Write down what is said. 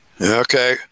Okay